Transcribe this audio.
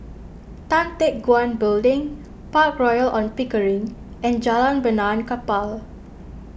Tan Teck Guan Building Park Royal on Pickering and Jalan Benaan Kapal